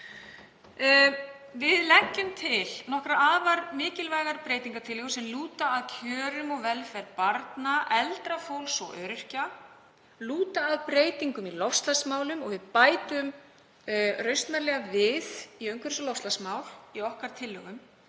Við leggjum til nokkrar afar mikilvægar breytingartillögur sem lúta að kjörum og velferð barna, eldra fólks og öryrkja, lúta að breytingum í loftslagsmálum og við bætum rausnarlega við í umhverfis- og loftslagsmál í okkar tillögum